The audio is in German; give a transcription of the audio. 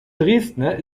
dresdner